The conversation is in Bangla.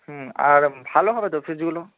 হুম আর ভালো হবে তো ফ্রিজগুলো